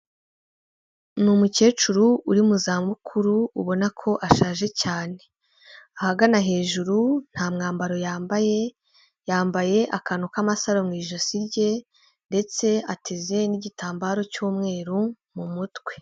Ni umukecuru uri mu zabukuru ubona ko ashaje cyane ahagana hejuru nta mwambaro yambaye, yambaye akantu k'amasaro mu ijosi rye ndetse ateze n'igitambaro cy'umweru mu mutwe.